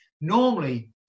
normally